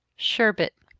sherbet.